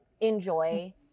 enjoy